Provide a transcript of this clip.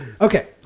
Okay